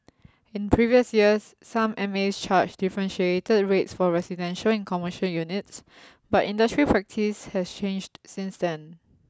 in previous years some M A S charged differentiated rates for residential and commercial units but industry practice has changed since then